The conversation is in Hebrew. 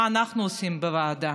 מה אנחנו עושים בוועדה: